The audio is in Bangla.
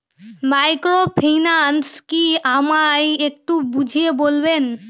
মাইক্রোফিন্যান্স কি আমায় একটু বুঝিয়ে বলবেন?